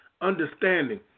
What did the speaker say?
understanding